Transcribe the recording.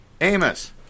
Amos